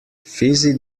fizzy